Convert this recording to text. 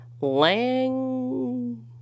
Lang